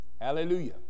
hallelujah